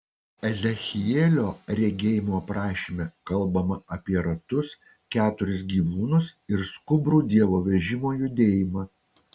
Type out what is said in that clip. ezechielio regėjimo aprašyme kalbama apie ratus keturis gyvūnus ir skubrų dievo vežimo judėjimą